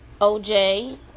oj